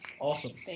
Awesome